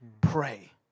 pray